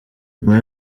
nyuma